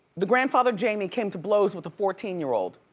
the grandfather, jamie, came to blows with the fourteen year old.